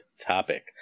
topic